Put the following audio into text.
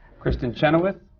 kristin chenoweth,